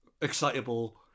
excitable